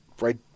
right